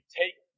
take